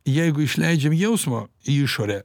jeigu išleidžiam jausmą į išorę